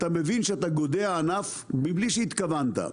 אתה מבין שאתה גודע ענף מבלי שהתכוונת.